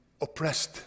oppressed